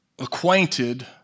acquainted